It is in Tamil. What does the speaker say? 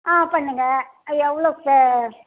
ஆ பண்ணுங்கள் எவ்வளோ